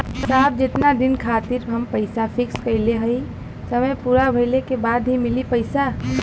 साहब जेतना दिन खातिर हम पैसा फिक्स करले हई समय पूरा भइले के बाद ही मिली पैसा?